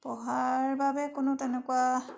পঢ়াৰ বাবে কোনো তেনেকুৱা